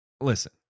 listen